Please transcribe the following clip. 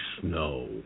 snow